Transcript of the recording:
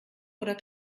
oder